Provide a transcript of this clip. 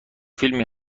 فیلمی